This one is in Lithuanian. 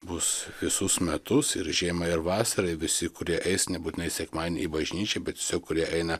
bus visus metus ir žiemą ir vasarą ir visi kurie eis nebūtinai sekmadienį į bažnyčią bet tiesiog kurie eina